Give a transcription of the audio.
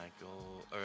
Michael